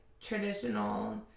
traditional